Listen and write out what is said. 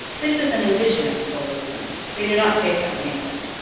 this is an indigenous solecism they do not say so in england.